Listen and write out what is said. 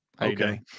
Okay